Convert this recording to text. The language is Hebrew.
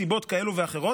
מסיבות כאלה ואחרות,